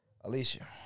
Alicia